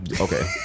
Okay